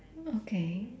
okay